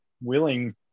willing